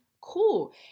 cool